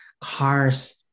cars